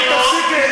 בגלל, ובגלל, תפסיקי.